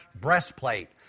breastplate